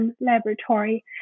laboratory